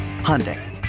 Hyundai